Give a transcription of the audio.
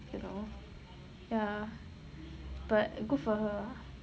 ya but good for her ah